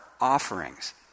offerings